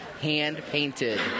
hand-painted